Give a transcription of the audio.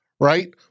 right